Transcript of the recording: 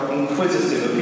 inquisitive